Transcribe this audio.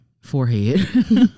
forehead